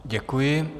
Děkuji.